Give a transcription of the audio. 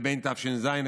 לבין תש"ז,